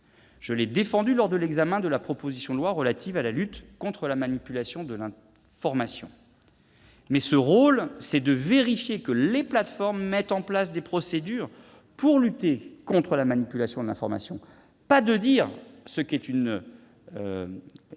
Je l'ai défendu lors de l'examen de la proposition de loi relative à la lutte contre la manipulation de l'information. Mais ce rôle, c'est de vérifier que les plateformes mettent en place des procédures pour lutter contre la manipulation de l'information, pas de dire ce qu'est une